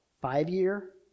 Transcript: five-year